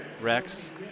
Rex